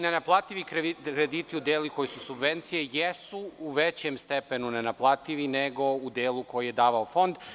Nenaplativi krediti u delu koji su subvencije jesu u većem stepenu nenaplativi nego u delu koji je davao Fond.